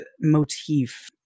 motif